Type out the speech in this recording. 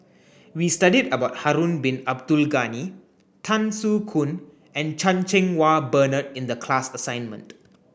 we studied about Harun Bin Abdul Ghani Tan Soo Khoon and Chan Cheng Wah Bernard in the class assignment